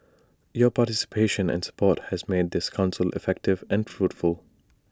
your participation and support have made this Council effective and fruitful